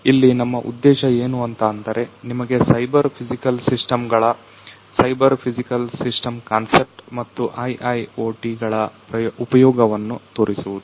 ಇಲ್ಲಿ ನಮ್ಮ ಉದ್ದೇಶ ಏನು ಅಂತ ಅಂದರೆ ನಿಮಗೆ ಸೈಬರ್ ಫಿಸಿಕಲ್ ಸಿಸ್ಟಮ್ ಗಳ ಸೈಬರ್ ಫಿಸಿಕಲ್ ಸಿಸ್ಟಮ್ ಕಾನ್ಸೆಪ್ಟ್ ಮತ್ತು IIoT ಗಳ ಉಪಯೋಗವನ್ನು ತೋರಿಸುವುದು